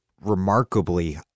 remarkably